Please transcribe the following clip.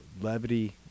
levity